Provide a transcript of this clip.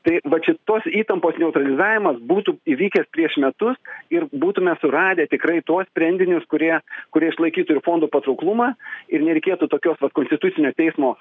tai vat šitos įtampos neutralizavimas būtų įvykęs prieš metus ir būtume suradę tikrai tuos sprendinius kurie kurie išlaikytų ir fondų patrauklumą ir nereikėtų tokios vat konstitucinio teismo